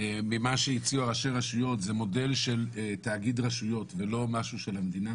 ממה שהציעו ראשי הרשויות זה מודל של תאגיד רשויות ולא משהו של המדינה